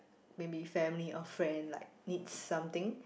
maybe family or friend like need something